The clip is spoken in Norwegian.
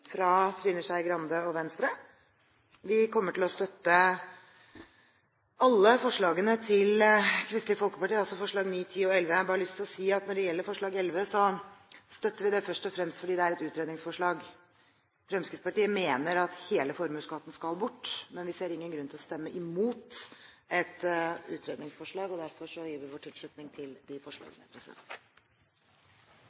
fra Trine Skei Grande og Venstre. Vi kommer til å støtte alle forslagene til Kristelig Folkeparti, altså forslagene nr. 9, 10 og 11. Når det gjelder forslag nr. 11, støtter vi det først og fremst fordi det er et utredningsforslag. Fremskrittspartiet mener at hele formuesskatten skal bort, men vi ser ingen grunn til å stemme mot et utredningsforslag, og derfor gir vi vår tilslutning til de